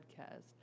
podcast